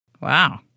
Wow